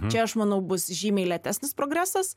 čia aš manau bus žymiai lėtesnis progresas